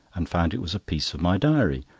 and found it was a piece of my diary.